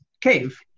cave